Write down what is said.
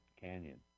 Canyon